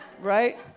Right